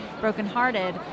brokenhearted